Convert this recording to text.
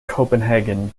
copenhagen